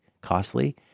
costly